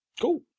cool